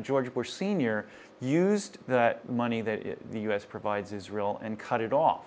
george bush sr used the money that the us provides israel and cut it off